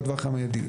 המיידי.